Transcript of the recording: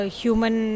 human